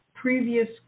previous